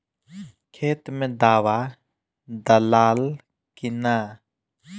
खेत मे दावा दालाल कि न?